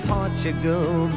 Portugal